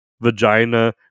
vagina